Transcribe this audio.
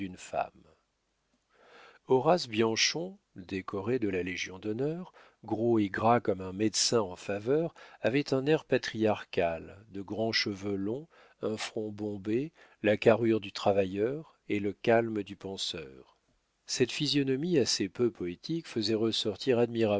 horace bianchon décoré de la légion-d'honneur gros et gras comme un médecin en faveur avait un air patriarcal de grands cheveux longs un front bombé la carrure du travailleur et le calme du penseur cette physionomie assez peu poétique faisait ressortir